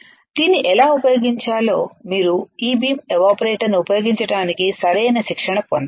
దీన్ని ఎలా ఉపయోగించాలో మీరు ఇబీమ్ ఎవాపరేటర్ను ఉపయోగించడానికి సరైన శిక్షణ పొందాలి